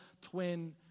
twin